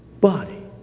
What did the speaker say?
body